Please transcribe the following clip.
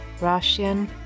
Russian